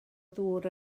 ddŵr